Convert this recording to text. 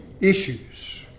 issues